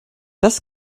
das